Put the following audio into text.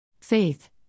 Faith